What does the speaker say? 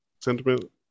sentiment